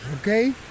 okay